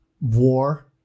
war